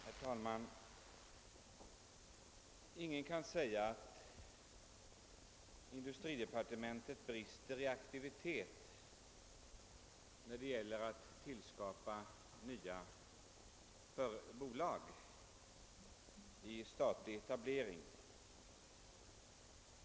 Herr talman! Ingen kan påstå att industridepartementet brister i aktivitet när det gäller att tillskapa nya bolag i statlig regi.